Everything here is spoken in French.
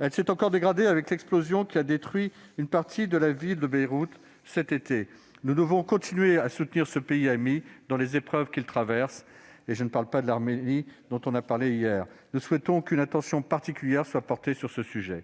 Elle s'est encore dégradée avec l'explosion à Beyrouth, qui a détruit une partie de la ville l'été dernier. Nous devons continuer à soutenir ce pays ami dans les épreuves qu'il traverse, sans parler de l'Arménie, dont on a évoqué le cas hier. Nous souhaitons qu'une attention particulière soit portée à ces sujets.